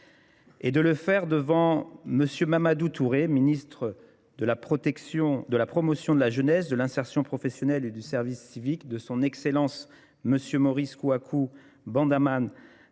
Et de le faire devant M. Mamadou Touré, ministre de la promotion de la jeunesse, de l'insertion professionnelle et du service civique, de son excellence, M. Maurice Kouakou, bandamane,